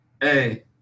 Hey